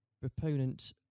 proponent